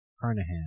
Carnahan